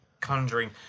Conjuring